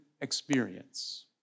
experience